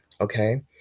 okay